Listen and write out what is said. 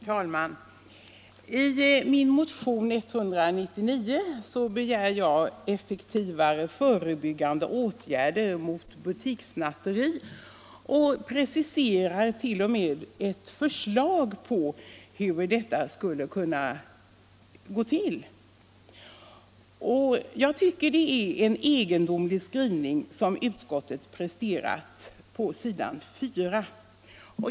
Nr 56 Herr talman! I min motion nr 199 begär jag effektivare förebyggande Fredagen den åtgärder mot butikssnatteri. Jag presenterar t.o.m. ett förslag på hur 11 april 1975 detta skulle kunna gå till. Jag tycker att det är en egendomlig skrivning —LL som utskottet har presterat på s. 4.